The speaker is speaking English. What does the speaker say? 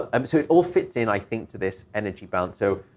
um so it all fits in, i think, to this energy balance. so,